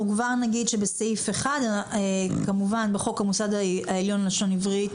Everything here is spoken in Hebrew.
אנחנו כבר נגיד שבסעיף 1 כמובן בחוק המוסד העליון ללשון עברית,